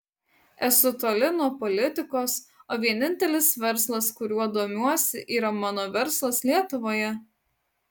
esu toli nuo politikos o vienintelis verslas kuriuo domiuosi yra mano verslas lietuvoje